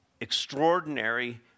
extraordinary